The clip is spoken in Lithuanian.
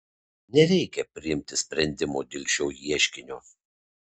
nereikia priimti sprendimo dėl šio ieškinio